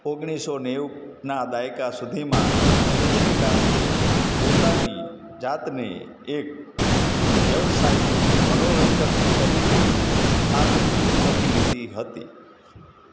ઓગણીસો નેવુંના દાયકા સુધીમાં રજનીકાંતે પોતાની જાતને એક વ્યવસાયિક મનોરંજક તરીકે સ્થાપિત કરી લીધી હતી